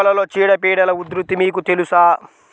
మొక్కలలో చీడపీడల ఉధృతి మీకు తెలుసా?